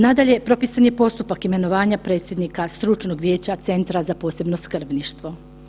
Nadalje, propisan je postupak imenovanja predsjednika stručnog Vijeća Centra za posebno skrbništvo.